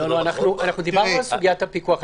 דיברנו על סוגיית הפיקוח.